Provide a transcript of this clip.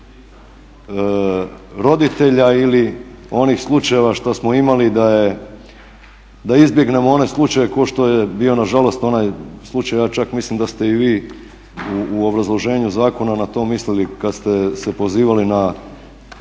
roditelja ili onih slučajeva što smo imali da izbjegnemo one slučaje kao što je bio na žalost onaj slučaj. Ja čak mislim da ste i vi u obrazloženju zakona na to mislili kad ste se pozivali na